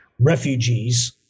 refugees